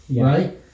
right